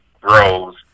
grows